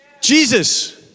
Jesus